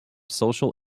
social